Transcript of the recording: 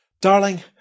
Darling